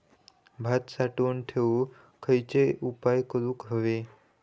भात साठवून ठेवूक खयचे उपाय करूक व्हये?